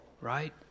right